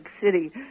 city